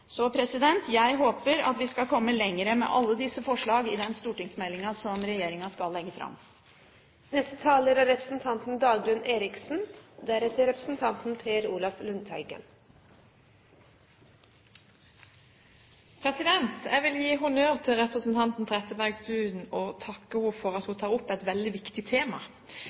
Jeg håper at vi skal komme lenger med alle disse forslagene i den stortingsmeldingen som regjeringen skal legge fram. Jeg vil gi honnør til representanten Trettebergstuen og takke henne for at hun tar opp et veldig viktig tema.